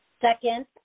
Second